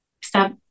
stop